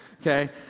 Okay